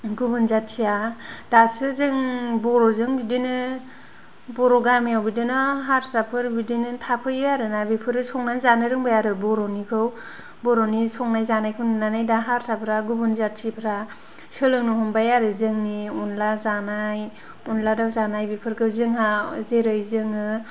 गुबुन जाथिया दासो जों बर' जों बिदिनो गामियाव बिदिनो हारसाफोर बिदिनो थाफैयो आरो ना बिसोरो संना जानो रोंबाय आरो बर'निखौ बर' नि संनाय जानायखौ नुनानै दा हारसाफ्रा गुबुन जाथिफ्रा सोलोंनो हमबाय आरो जोंनि अनला जानाय अनला दाउ जानाय बेफोरखौ जोंहा जेरै जोङो